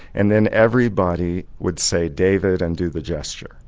and then everybody would say, david and do the gesture.